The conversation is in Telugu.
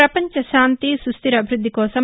ప్రపంచశాంతి సుస్లిర అభివృద్ధి కోసం